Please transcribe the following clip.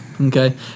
Okay